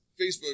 Facebook